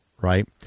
right